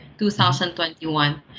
2021